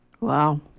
Wow